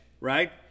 right